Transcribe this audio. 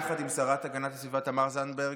יחד עם השרה להגנת הסביבה תמר זנדברג,